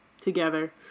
together